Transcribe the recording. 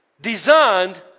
designed